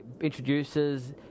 introduces